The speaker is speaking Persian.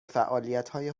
فعالیتهای